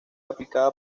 aplicada